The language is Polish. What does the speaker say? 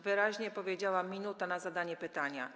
Wyraźnie powiedziałam: 1 minuta na zadanie pytania.